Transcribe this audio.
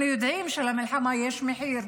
אנחנו יודעים שלמלחמה יש מחיר,